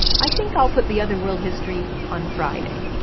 i think i'll put the other world history on friday.